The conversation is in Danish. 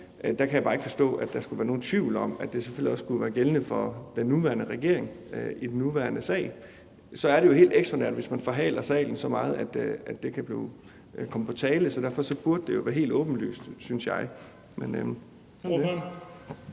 kan jeg bare ikke forstå, at der skulle være nogen tvivl om, at det selvfølgelig også skulle være gældende for den nuværende regering i den nuværende sag. Det er jo helt ekstraordinært, hvis man forhaler sagen så meget, at det kan komme på tale, så derfor burde det jo være helt åbenlyst, synes jeg,